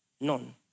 None